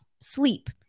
Sleep